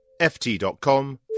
ft.com